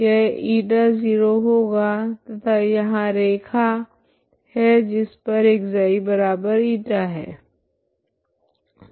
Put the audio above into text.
यह η0 होगा तथा यहाँ रैखा है जिस पर ξη है